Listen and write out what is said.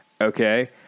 okay